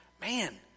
man